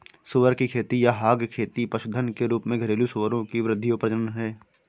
सुअर की खेती या हॉग खेती पशुधन के रूप में घरेलू सूअरों की वृद्धि और प्रजनन है